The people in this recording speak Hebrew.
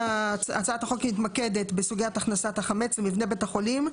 הצעת החוק מתמקדת בסוגיית הכנסת החמץ למבנה בית החולים.